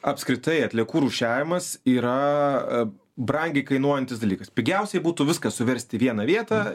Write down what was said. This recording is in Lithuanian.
apskritai atliekų rūšiavimas yra brangiai kainuojantis dalykas pigiausiai būtų viską suversti į vieną vietą